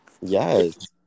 Yes